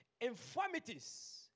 infirmities